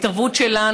התערבות שלנו.